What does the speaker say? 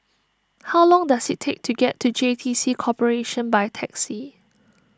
how long does it take to get to J T C Corporation by taxi